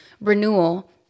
renewal